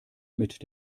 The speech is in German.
mit